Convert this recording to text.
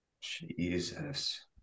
Jesus